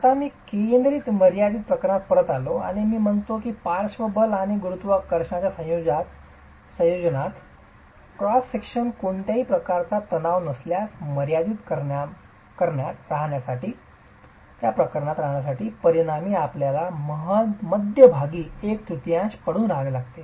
आता मी केंद्रीय मर्यादित प्रकरणात परत आलो आणि मी म्हणालो की पार्श्व बल आणि गुरुत्वाकर्षणच्या संयोजनात क्रॉस विभागात कोणत्याही प्रकारचा तणाव नसल्यास मर्यादित प्रकरणात रहाण्यासाठी परिणामी आपल्याला मध्यभागी एक तृतीयांश पडून राहावे लागते